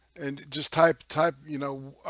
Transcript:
and just type type you know